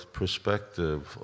perspective